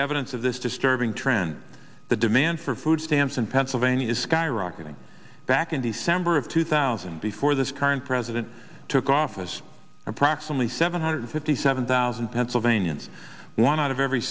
evidence of this disturbing trend the demand for food stamps in pennsylvania is skyrocketing back in december of two thousand before this current president took office approximately seven hundred fifty seven thousand pennsylvanians one out of every